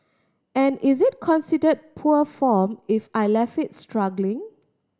and is it consider poor form if I left it struggling